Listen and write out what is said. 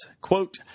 Quote